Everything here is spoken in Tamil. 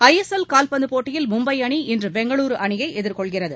ஐஎஸ்எல் காவ்பந்துப் போட்டியில் மும்பைஅணி இன்றுபெங்களூருஅணியைஎதிர்கொள்கிறது